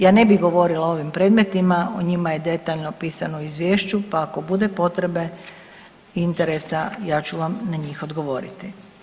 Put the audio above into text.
Ja ne bih govorila o ovim predmetima, o njima je detaljno pisano u Izvješću, pa ako bude potrebe, interesa, ja ću vam na njih odgovoriti.